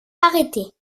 arrêtés